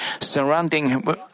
surrounding